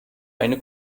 eine